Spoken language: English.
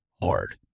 hard